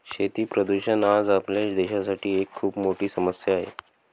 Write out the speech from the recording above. शेती प्रदूषण आज आपल्या देशासाठी एक खूप मोठी समस्या आहे